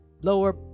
lower